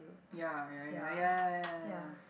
ya ya ya ya ya ya ya